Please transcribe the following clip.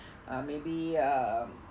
maybe uh